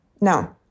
no